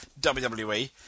WWE